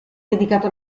dedicato